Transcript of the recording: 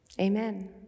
amen